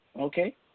Okay